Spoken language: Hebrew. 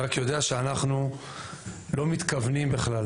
אני רק יודע שאנחנו לא מתכוונים בכלל